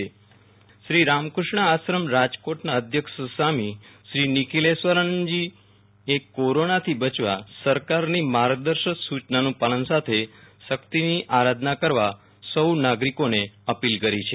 Viral Rana corona જાગૃતિ સંદેશ શ્રી રામકૃષ્ણ આશ્રમ રાજકોટના અધ્યક્ષ સ્વામી શ્રી નીખીલેશ્વારાનંદજી એ કોરોનાથી બચવા સરકારની માર્ગદર્શક સૂચનાનું પાલન સાથે શક્તિની આરાધના કરવા સૌ નાગરિકોને અપીલ કરી છે